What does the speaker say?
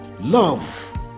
Love